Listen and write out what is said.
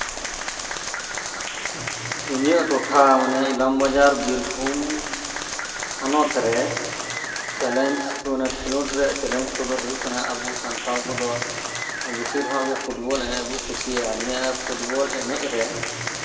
ᱤᱧᱟᱹᱜ ᱴᱚᱴᱷᱟ ᱢᱟᱱᱮ ᱤᱞᱟᱢ ᱵᱟᱡᱟᱨ ᱵᱤᱨᱵᱷᱩᱢ ᱦᱚᱱᱚᱛ ᱨᱮ ᱪᱮᱞᱮᱧᱡ ᱠᱚ ᱢᱟᱱᱮ ᱠᱷᱮᱸᱞᱳᱰ ᱨᱮᱭᱟᱜ ᱪᱮᱞᱮᱧᱡ ᱠᱚᱫᱚ ᱦᱩᱭᱩᱜ ᱠᱟᱱᱟ ᱟᱵᱩ ᱥᱟᱱᱛᱟᱞ ᱠᱚᱫᱚ ᱵᱤᱥᱤᱨ ᱵᱷᱜᱽ ᱜᱮ ᱯᱷᱩᱴᱵᱚᱞ ᱮᱱᱮᱡ ᱵᱩᱱ ᱠᱩᱥᱤᱭᱟᱼᱟ ᱱᱤᱭᱟᱹ ᱯᱷᱩᱴᱵᱚᱞ ᱮᱱᱮᱡ ᱨᱮ